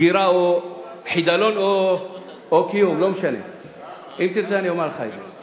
סגירה או חידלון או קיום, אם תרצה, אומר לך את זה.